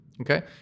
Okay